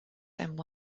and